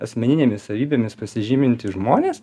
asmeninėmis savybėmis pasižymintys žmonės